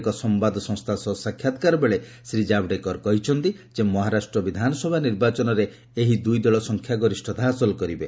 ଏକ ସମ୍ଭାଦ ସଂସ୍ଥା ସହ ସାକ୍ଷାତକାର ବେଳେ ଶ୍ରୀ ଜାବଡେକର କହିଛନ୍ତି ଯେ ମହାରାଷ୍ଟ୍ର ବିଧାନସଭା ନିର୍ବାଚନରେ ଏହି ଦୁଇ ଦଳ ସଂଖ୍ୟାଗରିଷ୍ଠତା ହାସଲ କରିବେ